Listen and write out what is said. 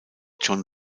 john